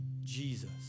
Jesus